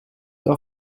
wel